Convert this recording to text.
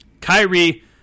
Kyrie